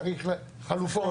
צריך חלופות.